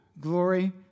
Glory